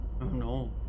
no